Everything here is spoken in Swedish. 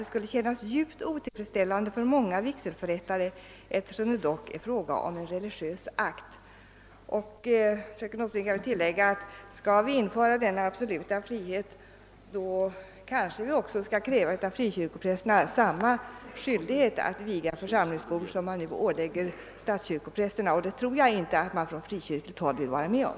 det skulle kännas djupt otillfredsställande för många vigselförrätare, eftersom det dock är fråga om en religiös akt.» Jag vill tillägga, fröken Åsbrink, att skall. vi införa denna absoluta frihet, då kanske vi också av frikyrkoprästerna skall kräva samma skyldighet att viga församlingsbor som man nu ålägger statskyrkoprästerna, vilket jag inte tror att man från frikyrkligt håll vill vara med om.